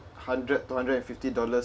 hundred to hundred and fifty dollars